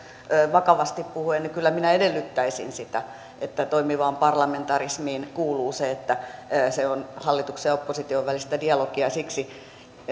vakavasti puhuen niin kyllä minä edellyttäisin sitä että toimivaan parlamentarismiin kuuluu se että se on hallituksen ja opposition välistä dialogia ja siksi